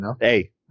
Hey